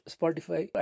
Spotify